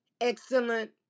excellent